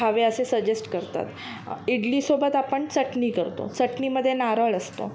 हवे असे सजेस्ट करतात इडलीसोबत आपण चटणी करतो चटणीमध्ये नारळ असतो